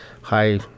high